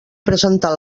presentar